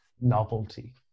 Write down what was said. novelty